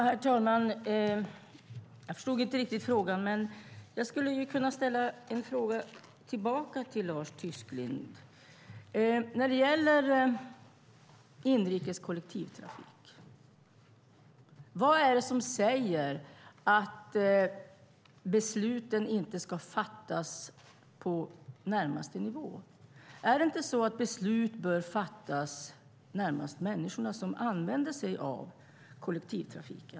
Herr talman! Jag förstod inte riktigt frågan, men jag skulle kunna ställa en fråga tillbaka till Lars Tysklind. Vad är det som säger att besluten om inrikes kollektivtrafik inte ska fattas på närmaste nivå? Är det inte så att beslut bör fattas närmast människorna som använder sig av kollektivtrafiken?